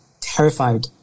terrified